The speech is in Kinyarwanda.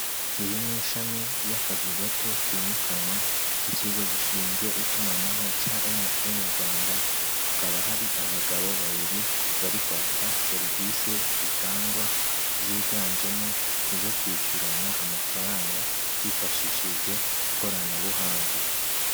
Iri ni ishami ry'akazu gato kimukanwa, k'ikigo gishinzwe itumanaho cya MTN Rwanda. Hakaba hari abagabo babiri bari kwaka serivisi zitangwa, ziganjemo izo kwishyurana amafaranga hifashishijwe ikoranabuhanga.